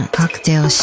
cocktail